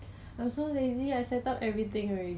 the product then they sell quite cheap lah